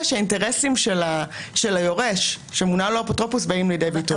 שהאינטרסים של היורש שמונה לו אפוטרופוס באים לידי ביטוי.